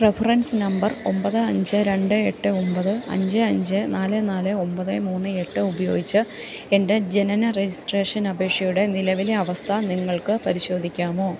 reference number ഒമ്പത് അഞ്ച് രണ്ട് എട്ട് ഒമ്പത് അഞ്ച് അഞ്ച് നാല് നാല് ഒമ്പത് മൂന്ന് എട്ട് ഉപയോഗിച്ച് എൻ്റെ ജനന രജിസ്ട്രേഷൻ അപേക്ഷയുടെ നിലവിലെ അവസ്ഥ നിങ്ങൾക്ക് പരിശോധിക്കാമോ